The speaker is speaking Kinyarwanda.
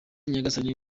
nyagasani